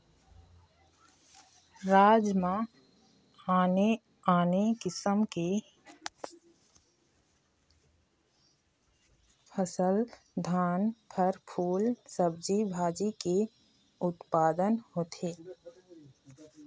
राज म आने आने किसम की फसल, धान, फर, फूल, सब्जी भाजी के उत्पादन होथे